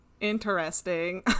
interesting